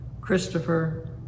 Christopher